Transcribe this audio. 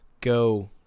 go